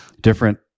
different